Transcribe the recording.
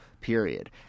period